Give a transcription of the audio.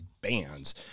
bands